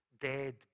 dead